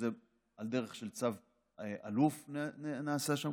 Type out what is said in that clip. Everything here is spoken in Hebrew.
שזה דרך צו אלוף נעשה שם,